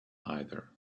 either